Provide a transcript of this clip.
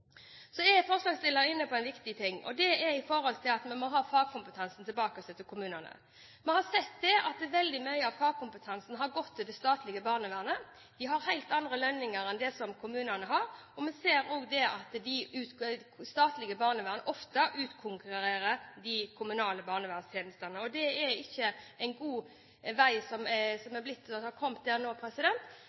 er inne på det viktige temaet at vi må få fagkompetansen tilbake til kommunene. Vi har sett at veldig mye av fagkompetansen har gått til det statlige barnevernet, der man har helt andre lønninger enn det kommunene har. Vi ser også at det statlige barnevernet ofte utkonkurrerer de kommunale barnevernstjenestene. Det er ikke en god vei. Det er viktig at kommunene, som er førstelinjetjenesten, lett får tak i folk med kompetanse til barnevernet, fordi man også må tenke på barnas beste. Buf har